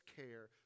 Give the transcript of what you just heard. care